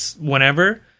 whenever